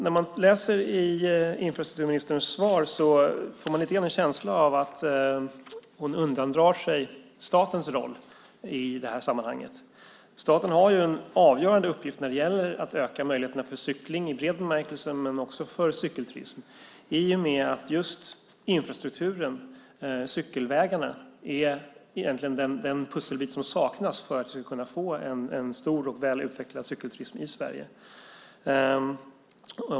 När man läser infrastrukturministerns svar får man lite grann en känsla av att hon undandrar sig statens roll i sammanhanget. Staten har dock en avgörande uppgift när det gäller att öka möjligheterna för cykling i vid bemärkelse men också för cykelturism i och med att just infrastrukturen, cykelvägarna, egentligen är den pusselbit som saknas för att vi ska kunna få en stor och väl utvecklad cykelturism i Sverige.